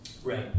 Right